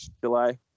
July